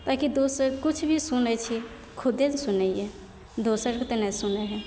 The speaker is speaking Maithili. एहिके दोसर किछु भी सुनैत छी खुद्दे ने सुनैए दोसरके तऽ नहि सुनै हए